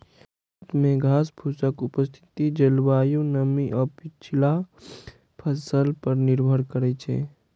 खेत मे घासफूसक उपस्थिति जलवायु, नमी आ पछिला फसल पर निर्भर करै छै